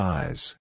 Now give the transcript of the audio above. Size